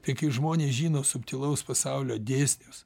tai kai žmonės žino subtilaus pasaulio dėsnius